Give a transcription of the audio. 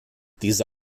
diese